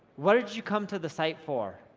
what did you come to the site for?